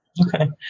Okay